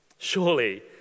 Surely